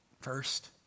First